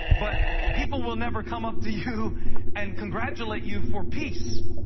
but people will never come up to you and congratulate you for peace.